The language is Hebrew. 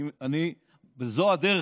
זו הדרך.